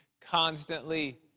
constantly